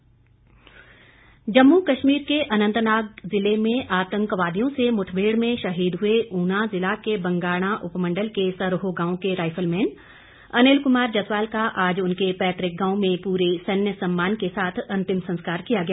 शहीद जम्मू कश्मीर के अन्नतनाग जिले में आतंकवादियों से मुठभेड़ में शहीद हुए ऊना जिला के बंगाणा उपमंडल के सरोह गांव के राइफलमैन अनिल कुमार जसवाल का आज उनके पैतुक गांव में पूरे सैन्य सम्मान से अंतिम संस्कार किया गया